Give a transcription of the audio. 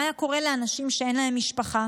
מה היה קורה לאנשים שאין להם משפחה?